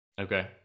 Okay